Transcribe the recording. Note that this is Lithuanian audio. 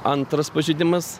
antras pažeidimas